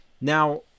Now